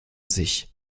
sich